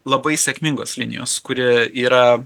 labai sėkmingos linijos kuri yra